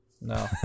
No